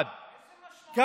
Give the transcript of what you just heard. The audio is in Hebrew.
8.1%. איזה משמעות יש,